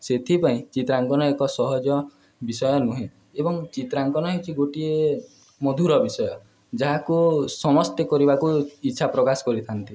ସେଥିପାଇଁ ଚିତ୍ରାଙ୍କନ ଏକ ସହଜ ବିଷୟ ନୁହେଁ ଏବଂ ଚିତ୍ରାଙ୍କନ ହେଉଚି ଗୋଟିଏ ମଧୁର ବିଷୟ ଯାହାକୁ ସମସ୍ତେ କରିବାକୁ ଇଚ୍ଛା ପ୍ରକାଶ କରିଥାନ୍ତି